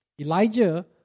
Elijah